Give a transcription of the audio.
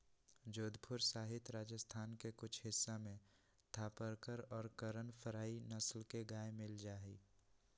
जोधपुर सहित राजस्थान के कुछ हिस्सा में थापरकर और करन फ्राइ नस्ल के गाय मील जाहई